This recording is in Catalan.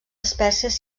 espècies